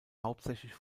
hauptsächlich